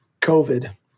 COVID